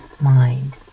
mind